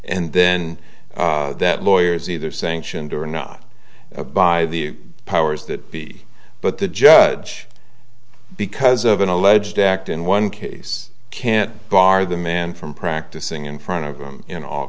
and then that lawyer is either sanctioned or not a by the powers that be but the judge because of an alleged act in one case can't bar the man from practicing in front of them in all